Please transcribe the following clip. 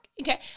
okay